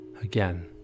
Again